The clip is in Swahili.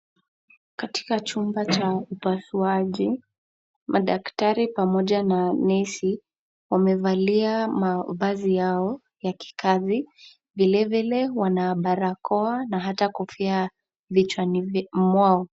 Katika chumba cha upasuaji, madaktari pamoja na nesi wamevalia mavazi yao ya kikazi. Vilevile wana barakoa na hata kofia vichwani mwao.